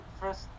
first